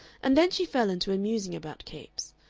and then she fell into a musing about capes.